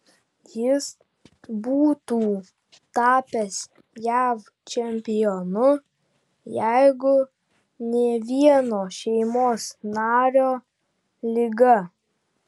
jis būtų tapęs jav čempionu jeigu ne vieno šeimos nario liga